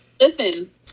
Listen